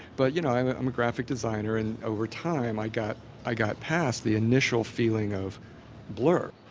but, you know i'm um a graphic designer and over time i got i got past the initial feeling of blur.